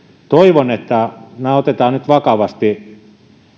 toivon että nyt otetaan vakavasti